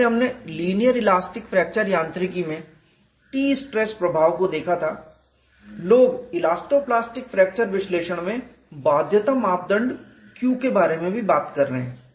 जैसे हमने linear elastic fracture यांत्रिकी में T स्ट्रेस प्रभाव को देखा था लोग इलास्टो प्लास्टिक फ्रैक्चर विश्लेषण में बाध्यता मापदंड Q के बारे में भी बात कर रहे हैं